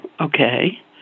okay